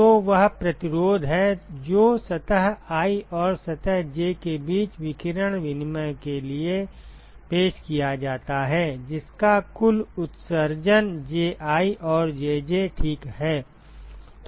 तो वह प्रतिरोध है जो सतह i और सतह j के बीच विकिरण विनिमय के लिए पेश किया जाता है जिसका कुल उत्सर्जन Ji और Jj ठीक है